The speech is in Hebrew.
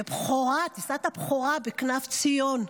טיסת הבכורה בכנף ציון.